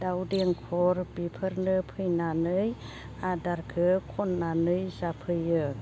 दाउ देंखुर बिफोरनो फैनानै आदारखो खननानै जाफैयो